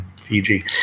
Fiji